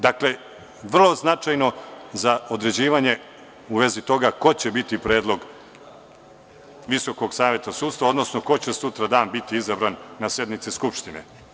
Dakle, vrlo značajno za određivanje u vezi toga ko će biti predlog VSS, odnosno ko će sutradan biti izabran na sednici Skupštine.